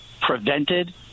prevented